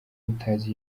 utazi